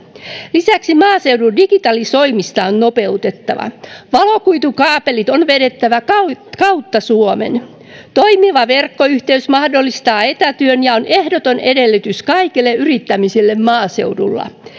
lisäksi maaseudun digitalisoimista on nopeutettava valokuitukaapelit on vedettävä kautta kautta suomen toimiva verkkoyhteys mahdollistaa etätyön ja on ehdoton edellytys kaikelle yrittämiselle maaseudulla